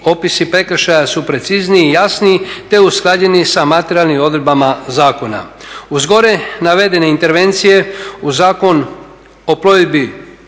opisi prekršaja su precizniji i jasniji te usklađeni sa materijalnim odredbama zakona. Uz gore navedeni intervencije u Zakon o plovidbi